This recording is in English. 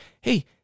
hey